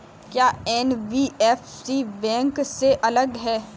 क्या NBFC bank से अलग है?